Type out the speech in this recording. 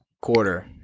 quarter